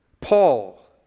Paul